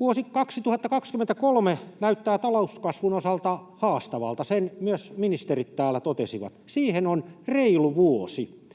Vuosi 2023 näyttää talouskasvun osalta haastavalta, sen myös ministerit täällä totesivat. Siihen on reilu vuosi.